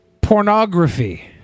pornography